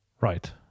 right